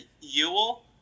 Ewell